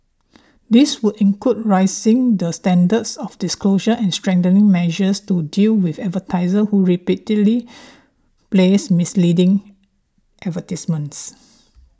this would include raising the standards of disclosure and strengthening measures to deal with advertisers who repeatedly place misleading advertisements